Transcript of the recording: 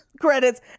credits